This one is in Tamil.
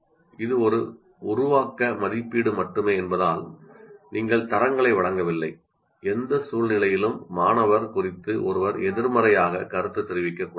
இது உருவாக்கும் மதிப்பீடு மட்டுமே என்பதால் நீங்கள் தரங்களை வழங்கவில்லை எந்த சூழ்நிலையிலும் மாணவர் குறித்து ஒருவர் எதிர்மறையாக கருத்து தெரிவிக்க வேண்டும்